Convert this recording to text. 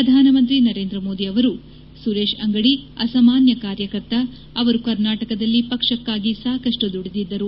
ಪ್ರಧಾನಮಂತ್ರಿ ನರೇಂದ್ರ ಮೋದಿ ಅವರು ಸುರೇಶ್ ಅಂಗಡಿ ಅಸಾಮಾನ್ಯ ಕಾರ್ಯಕರ್ತ ಅವರು ಕರ್ನಾಟಕದಲ್ಲಿ ಪಕ್ಷಕ್ಕಾಗಿ ಸಾಕಷ್ಟು ದುಡಿದಿದ್ದರು